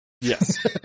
Yes